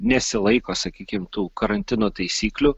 nesilaiko sakykim tų karantino taisyklių